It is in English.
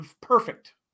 perfect